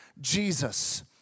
Jesus